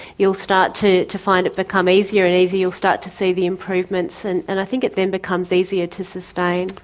you'll start to to find it become easier and easier, you'll start to see the improvements, and and i think it then becomes easier to sustain.